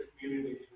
community